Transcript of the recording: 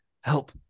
help